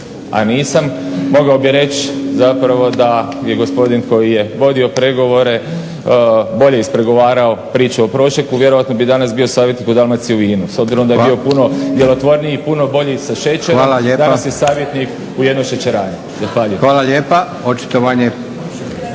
a nisam, mogao bih reći zapravo da je gospodin koji je vodio pregovore bolje ispregovarao priču o prošeku, vjerojatno bi danas bio savjetnik u Dalmacijavinu. S obzirom da je bio puno djelotvorniji i puno bolji sa šećerom danas je savjetnik u jednoj šećerani. Zahvaljujem.